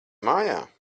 mājā